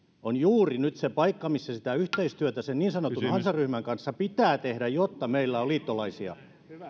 on juuri nyt se paikka missä sitä yhteistyötä sen niin sanotun hansaryhmän kanssa pitää tehdä jotta meillä on liittolaisia